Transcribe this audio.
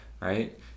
Right